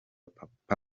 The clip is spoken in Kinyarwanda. papa